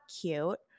cute